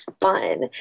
fun